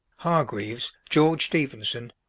hargreaves, george stephenson,